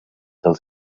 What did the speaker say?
dels